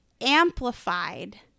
amplified